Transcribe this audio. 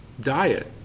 diet